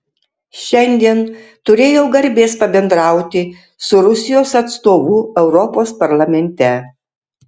šiandien turėjau garbės pabendrauti su rusijos atstovu europos parlamente